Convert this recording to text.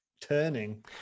turning